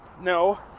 no